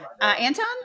Anton